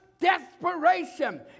desperation